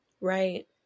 right